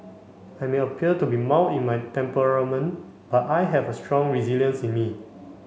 I may appear to be mild in my temperament but I have a strong resilience in me